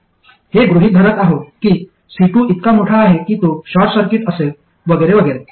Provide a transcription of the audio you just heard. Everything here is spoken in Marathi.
हे गृहित धरत आहो की C2 इतका मोठा आहे कि तो शॉर्ट सर्किट असेल वगैरे वगैरे